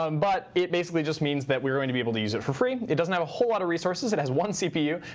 um but it basically just means that we're going to be able to use it for free. it doesn't have a whole lot of resources. it has one cpu.